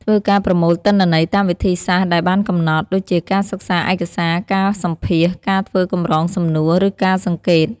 ធ្វើការប្រមូលទិន្នន័យតាមវិធីសាស្ត្រដែលបានកំណត់ ដូចជាការសិក្សាឯកសារ ការសម្ភាសន៍ ការធ្វើកម្រងសំណួរ ឬការសង្កេត។